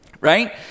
Right